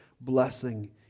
blessing